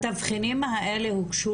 התבחינים האלה הוגשו